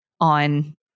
On